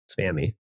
spammy